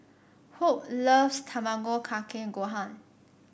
Hope loves Tamago Kake Gohan